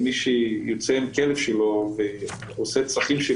מי שיוצא עם הכלב שלו והכלב עושה את הצרכים,